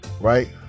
right